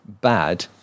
bad